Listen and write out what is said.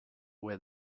where